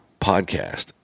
podcast